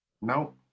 No